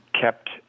kept